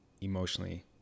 emotionally